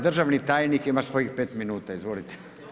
Državni tajnik ima svojih 5 minuta, izvolite.